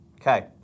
Okay